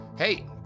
Hey